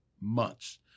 months